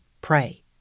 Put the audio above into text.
pray